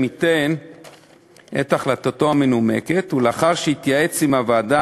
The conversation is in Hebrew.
ייתן את החלטתו המנומקת ולאחר שהתייעץ עם הוועדה